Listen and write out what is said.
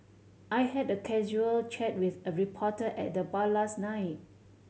I had a casual chat with a reporter at the bar last night